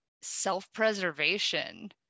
self-preservation